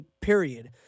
period